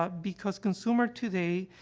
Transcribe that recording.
ah because consumer today,